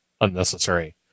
unnecessary